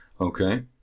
Okay